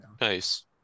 nice